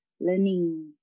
learning